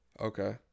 Okay